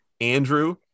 Andrew